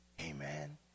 Amen